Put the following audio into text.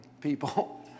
people